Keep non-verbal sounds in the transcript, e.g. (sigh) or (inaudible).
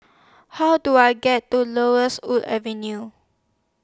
How Do I get to Laurel (unintelligible) Wood Avenue